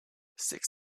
six